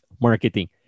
Marketing